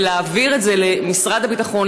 ולהעביר את זה למשרד הביטחון,